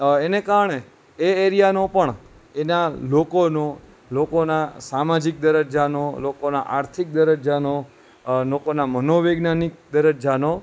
એને કારણે એ એરિયાનો પણ એના લોકોનો લોકોના સામાજિક દરજ્જાનો લોકોના આર્થિક દરજ્જાનો લોકોના મનોવિજ્ઞાનિક દરજ્જાનો